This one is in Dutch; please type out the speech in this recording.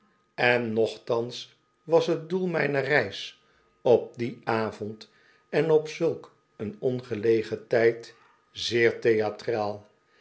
en nochtans was het doel mijner reis op dien avond en op zulk een ongelegen tijd zeer theatraal